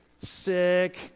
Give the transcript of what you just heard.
sick